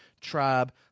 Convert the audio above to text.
tribe